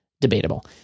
debatable